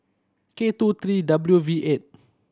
K two three W V eight